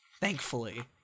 thankfully